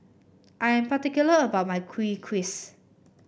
I am particular about my Kuih Kaswi